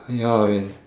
ya I mean